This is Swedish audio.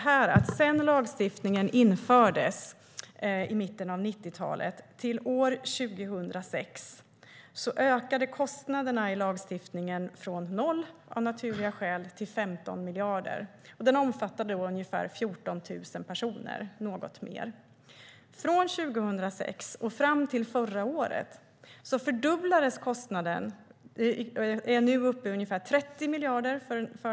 Från 2006 och fram till förra året fördubblades kostnaden för den här reformen och är nu uppe i ungefär 30 miljarder.